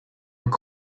were